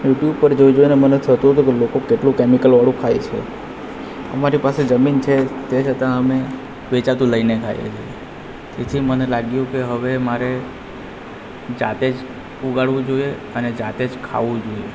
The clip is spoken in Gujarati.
યૂટ્યૂબ પર જોઈ જોઈને મને થતું હતું કે લોકો કેટલું કેમિકલવાળું ખાય છે અમારી પાસે જમીન છે તે છતાં અમે વેચાતું લઈને ખાઈએ છીએ તેથી મને લાગ્યું કે હવે મારે જાતે જ ઉગાડવું જોઈએ અને જાતે જ ખાવું જોઈએ